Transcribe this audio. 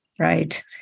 Right